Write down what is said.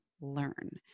learn